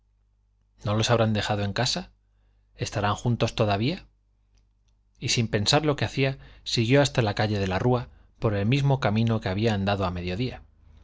no los habrán dejado en casa están juntos todavía y sin pensar lo que hacía siguió hasta la calle de la rúa por el mismo camino que había andado a mediodía